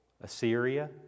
Assyria